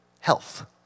health